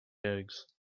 eggs